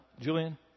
Julian